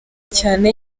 cyane